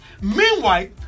Meanwhile